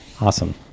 Awesome